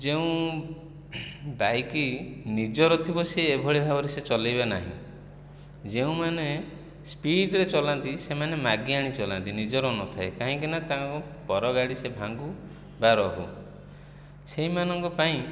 ଯେଉଁ ବାଇକ୍ ନିଜର ଥିବ ସେ ଏଭଳି ଭାବରେ ସେ ନାହିଁ ଯେଉଁମାନେ ସ୍ପୀଡ଼ରେ ଚଲାନ୍ତି ସେମାନେ ମାଗିଆଣି ଚଲାନ୍ତି ନିଜର ନଥାଏ କାହିଁକି ନା ତାଙ୍କୁ ପର ଗାଡ଼ି ସେ ଭାଙ୍ଗୁ ବା ରହୁ ସେହିମାନଙ୍କ ପାଇଁ